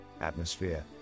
atmosphere